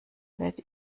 werde